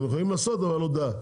הם יכולים לעשות אבל הודעה.